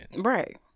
Right